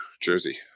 jersey